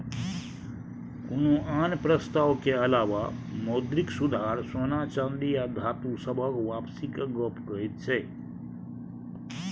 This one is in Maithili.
कुनु आन प्रस्ताव के अलावा मौद्रिक सुधार सोना चांदी आ धातु सबहक वापसी के गप कहैत छै